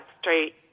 straight